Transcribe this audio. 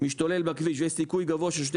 משתולל בכביש ויש סיכוי גבוה ששוטר